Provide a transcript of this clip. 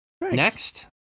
Next